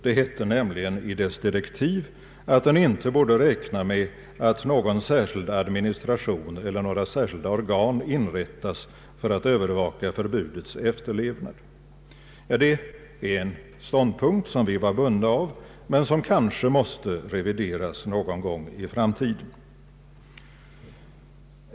Det hette nämligen i dess direktiv att den inte borde räkna med att någon särskild administration eller några särskilda organ inrättas för att övervaka förbudets efterlevnad. Det var en ståndpunkt som vi var bundna av, men som kanske måste revideras någon gång i framtiden.